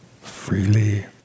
freely